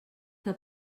que